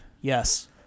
Yes